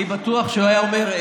אני בטוח שהוא היה אומר,